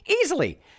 Easily